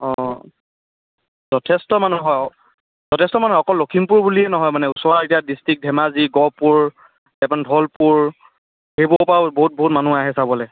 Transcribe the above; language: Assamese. অঁ যথেষ্ট মানুহ হয় যথেষ্ট মানুহ অকল লখিমপুৰ বুলিয়ে নহয় মানে ওচৰৰ এতিয়া ডিষ্ট্ৰিক্ ধেমাজি গহপুৰ ধলপুৰ সেইবোৰৰপৰাও বহুত বহুত মানুহ আহে চাবলৈ